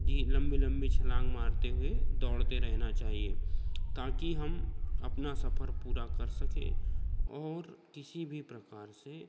D लम्बे लम्बे छलांग मारते हुए दौड़ते रहना चाहिए ताकी हम अपना सफर पूरा कर सकें और किसी भी प्रकार से